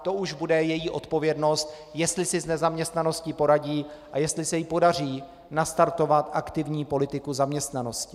To už bude její odpovědnost, jestli si s nezaměstnaností poradí a jestli se jí podaří nastartovat aktivní politiku zaměstnanosti.